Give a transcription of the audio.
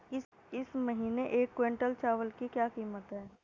इस महीने एक क्विंटल चावल की क्या कीमत है?